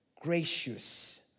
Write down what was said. gracious